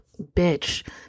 bitch